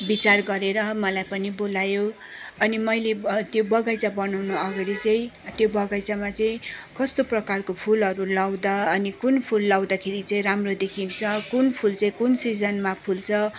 विचार गरेर मलाई पनि बोलायो अनि मैले ब त्यो बगैँचा बनाउनु अगाडि चाहिँ त्यो बगैँचामा चाहिँ कस्तो प्रकारको फुलहरू लाउँदा अनि कुन फुल फुलाउँदाखेरि चाहिँ राम्रो देखिन्छ कुन फुल चाहिँ कुन सिजनमा फुल्छ